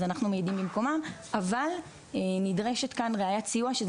אז אנחנו מעידים במקומם אבל נדרשת כאן ראיית סיוע שזה